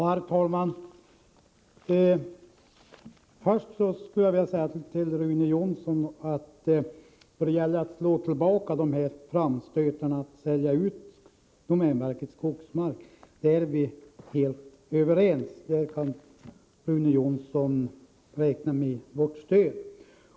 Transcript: Herr talman! Rune Jonsson och jag är helt överens om att man bör slå tillbaka framstötarna om att sälja ut domänverkets skogsmark. På den punkten kan Rune Jonsson räkna med vårt stöd.